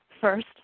first